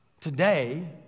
today